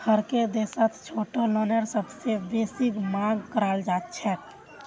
हरेक देशत छोटो लोनेर सबसे बेसी मांग कराल जाछेक